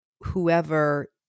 whoever